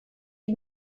die